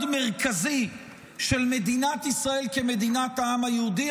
מרכזי של מדינת ישראל כמדינת העם היהודי,